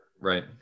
right